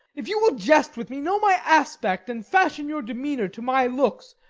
if you will jest with me, know my aspect, and fashion your demeanour to my looks,